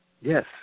Yes